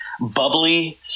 bubbly